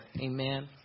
Amen